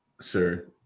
Sir